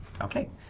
Okay